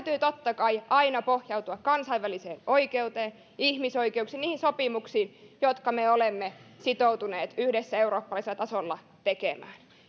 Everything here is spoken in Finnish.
totta kai aina pohjautua kansainväliseen oikeuteen ihmisoikeuksiin niihin sopimuksiin jotka me olemme sitoutuneet yhdessä eurooppalaisella tasolla